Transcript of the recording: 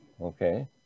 Okay